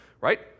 right